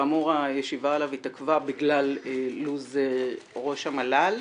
שכאמור הישיבה עליו התעכבה בגלל לו"ז ראש המל"ל.